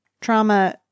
trauma